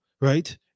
right